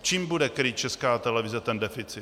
Čím bude krýt Česká televize ten deficit?